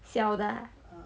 小的 ah